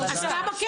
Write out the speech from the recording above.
אז כמה יש?